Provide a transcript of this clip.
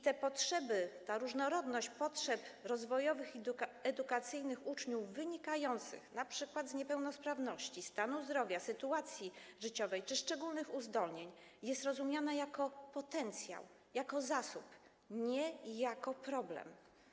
Te potrzeby, ta różnorodność potrzeb rozwojowych i edukacyjnych uczniów wynikających np. z niepełnosprawności, stanu zdrowia, sytuacji życiowej czy szczególnych uzdolnień, jest rozumiana jako potencjał, jako zasób - nie jako problem.